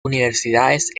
universidades